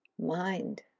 mind